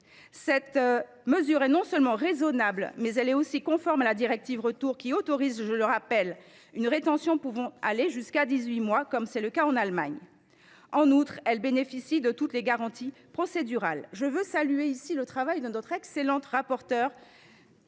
Cette mesure est non seulement raisonnable, mais elle est conforme à la directive Retour, qui autorise, je le rappelle, une rétention pouvant aller jusqu’à 18 mois, comme c’est le cas en Allemagne. En outre, elle est entourée de toutes les garanties procédurales nécessaires. Je veux saluer le travail de notre collègue Lauriane